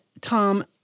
Tom